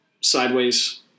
sideways